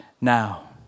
now